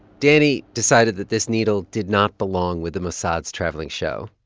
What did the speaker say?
danny decided that this needle did not belong with the mossad's travelling show.